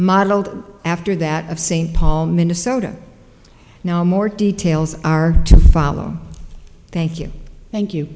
modeled after that of st paul minnesota now more details are to follow thank you thank you